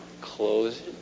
close